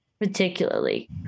particularly